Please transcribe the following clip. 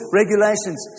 regulations